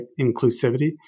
inclusivity